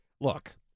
Look